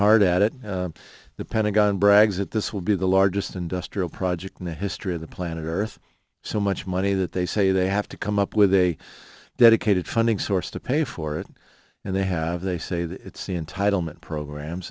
hard at it the pentagon brags that this will be the largest industrial project in the history of the planet earth so much money that they say they have to come up with a dedicated funding source to pay for it and they have they say that it's in title meant programs